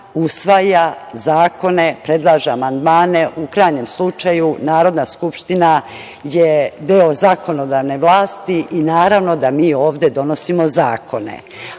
usvaja zakone, predlaže amandmane. U krajnjem slučaju Narodna skupština je deo zakonodavne vlasti i naravno da mi ovde donosimo zakone.